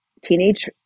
teenage